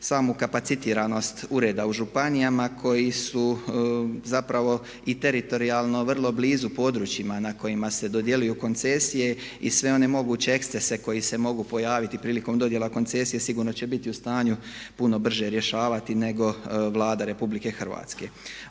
samu kapacitiranost ureda u županijama koji su zapravo i teritorijalno vrlo blizu područjima na kojima se dodjeljuju koncesije i sve one moguće ekscese koji se mogu pojaviti prilikom dodjela koncesija sigurno će biti u stanju puno brže rješavati nego Vlada Republike Hrvatske.